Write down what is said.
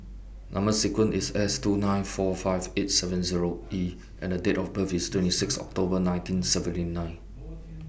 Number sequence IS S two nine four five eight seven Zero E and A Date of birth IS twenty six October nineteen seventy nine